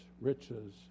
riches